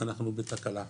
אנחנו בתקלה.